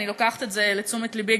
אני לוקחת את זה לתשומת לבי,